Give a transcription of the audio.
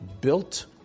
built